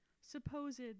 supposed